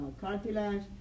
cartilage